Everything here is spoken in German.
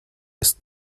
ist